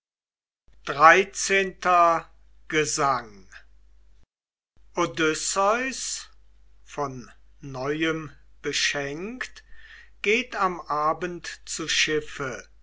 xiii gesang odysseus von neuem beschenkt geht am abend zu schiffe